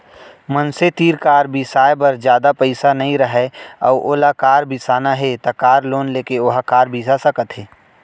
मनसे तीर कार बिसाए बर जादा पइसा नइ राहय अउ ओला कार बिसाना हे त कार लोन लेके ओहा कार बिसा सकत हे